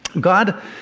God